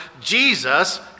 Jesus